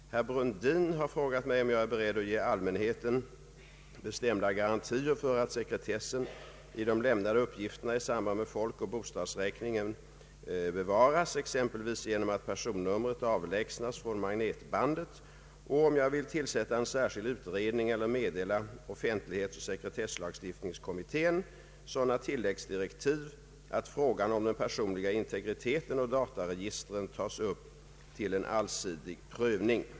Herr Brundin har frågat mig om jag är beredd att ge allmänheten bestämda garantier för att sekretessen i de lämnade uppgifterna i samband med folkoch bostadsräkningen bevaras, exempelvis genom att personnumret avlägsnas ifrån magnetbandet, och om jag vill tillsätta en särskild utredning eller meddela offentlighetsoch sekretesslagstiftningskommittén sådana tilläggsdirektiv att frågan om den personliga integriteten och dataregistren tas upp till en allsidig prövning.